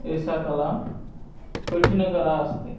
एषा कला कठिनतरा अस्ति